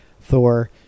Thor